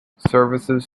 services